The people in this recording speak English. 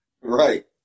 Right